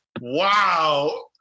Wow